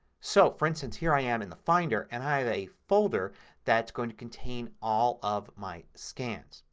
so for instance, here i am in the finder and i have a folder that's going to contain all of my scans.